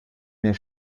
m’est